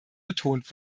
betont